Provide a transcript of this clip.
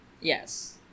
Yes